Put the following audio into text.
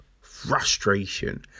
frustration